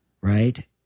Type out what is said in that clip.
right